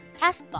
Castbox